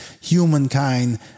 humankind